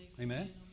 Amen